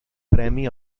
premi